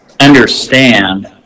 understand